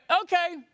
okay